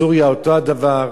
סוריה אותו הדבר,